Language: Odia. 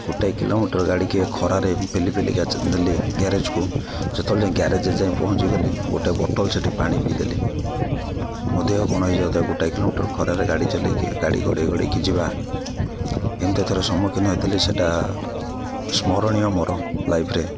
ଗୋଟାଏ କିଲୋମିଟର୍ ଗାଡ଼ିିକୁ ଖରାରେ ପେଲି ପେଲି ନେଲି ଗ୍ୟାରେଜ୍କୁ ଯେତେବେଳେ ଯାଇ ଗ୍ୟାରେଜ୍ ଯାଏଁ ପହଞ୍ଚିଗଲି ଗୋଟେ ବୋଟଲ୍ ସେଇଠି ପାଣି ପିଇଦେଲି ମୋ ଦେହ କ'ଣ ହୋଇଯାଉଥାଏ ଗୋଟାଏ କିଲୋମିଟର୍ ଖରାରେ ଗାଡ଼ି ଚଲାଇକି ଗାଡ଼ି ଗଡ଼ାଇ ଗଡ଼ାଇକି ଯିବା ଏମିତି ଥରେ ସମ୍ମୁଖୀନ ହୋଇଥିଲି ସେଇଟା ସ୍ମରଣୀୟ ମୋର ଲାଇଫ୍ରେ